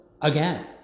again